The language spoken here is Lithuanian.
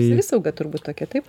savisauga turbūt tokia taip